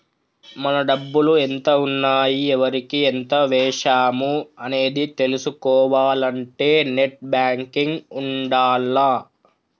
మన డబ్బులు ఎంత ఉన్నాయి ఎవరికి ఎంత వేశాము అనేది తెలుసుకోవాలంటే నెట్ బ్యేంకింగ్ ఉండాల్ల